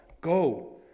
Go